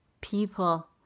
people